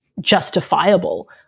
justifiable